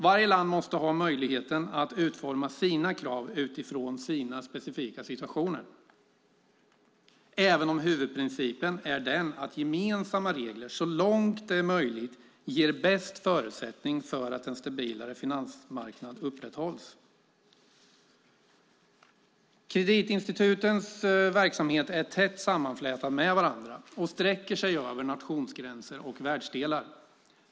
Varje land måste ha möjlighet att utforma sina krav utifrån sin specifika situation, även om huvudprincipen är att gemensamma regler så långt det är möjligt ger bäst förutsättningar för att en stabilare finansmarknad upprätthålls. Kreditinstitutens verksamhet är tätt sammanflätade med varandra och sträcker sig över nationsgränser och världsdelar.